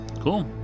Cool